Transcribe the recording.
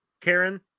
Karen